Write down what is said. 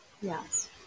Yes